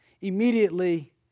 immediately